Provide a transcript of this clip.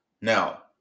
Now